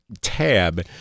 tab